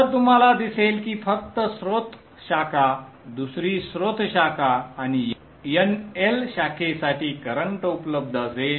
तर तुम्हाला दिसेल की फक्त स्त्रोत शाखा दुसरी स्रोत शाखा आणि nL शाखेसाठी करंट उपलब्ध असेल